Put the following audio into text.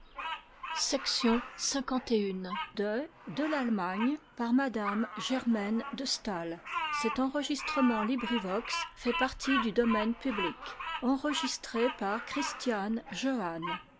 maladie de m de